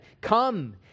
come